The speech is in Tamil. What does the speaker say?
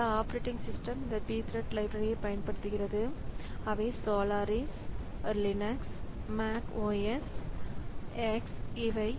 பல ஆப்பரேட்டிங் சிஸ்டம் இந்த Pthreads லைப்ரரி பயன்படுத்துகிறது அவை சோலாரிஸ் லினக்ஸ் மேக் ஓஎஸ் எக்ஸ்Solaris Linux Mac OS X